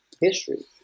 history